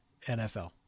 NFL